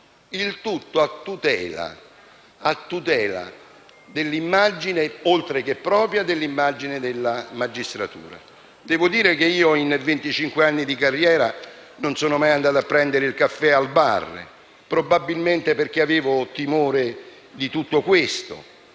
il tutto a tutela dell'immagine, oltre che propria, della magistratura. Devo dire che io, in venticinque anni di carriera, non sono mai andato a prendere il caffè al bar, probabilmente perché avevo timore di tutto questo.